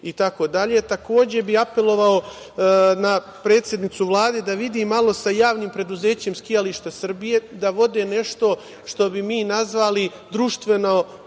itd? Takođe bih apelovao na predsednicu Vlade da vidi malo sa Javnim preduzećem „Skijališta Srbije“ da vode nešto što bi mi nazvali društveno